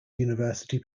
university